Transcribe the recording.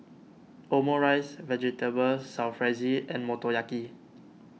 Omurice Vegetable Jalfrezi and Motoyaki